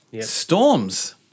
Storms